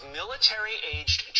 military-aged